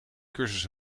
cursus